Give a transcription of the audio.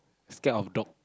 scared of dog